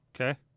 Okay